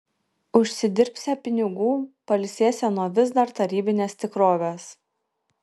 užsidirbsią pinigų pailsėsią nuo vis dar tarybinės tikrovės